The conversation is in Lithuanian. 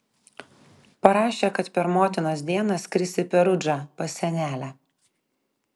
parašė kad per motinos dieną skris į perudžą pas senelę